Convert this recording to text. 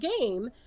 game